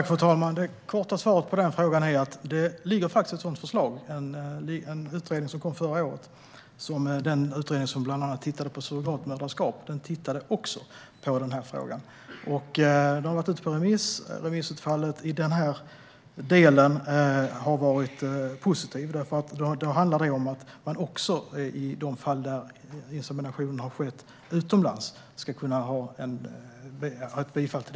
Fru talman! Det korta svaret på den frågan är att det faktiskt finns ett sådant förslag. Det kom en utredning förra året. Den utredning som bland annat tittade på surrogatmödraskap tittade också på den här frågan. Utredningen har varit ute på remiss. Remissutfallet i denna del har varit positivt. Då handlar det om de fall där insemination har skett utomlands.